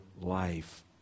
life